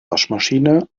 waschmaschine